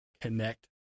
connect